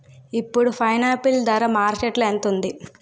ఇప్పుడు పైనాపిల్ ధర మార్కెట్లో ఎంత ఉంది?